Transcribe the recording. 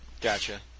Gotcha